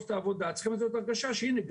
את העבודה וצריכים לתת לו את ההרגשה שהנה,